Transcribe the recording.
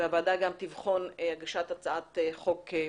והוועדה גם תבחן הגשת הצעת חוק פרטית.